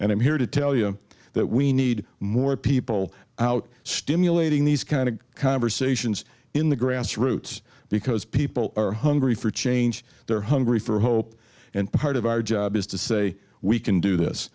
and i'm here to tell you that we need more people out stimulating these kind of conversations in the grassroots because people are hungry for change they're hungry for hope and part of our job is to say we can do this